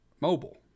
mobile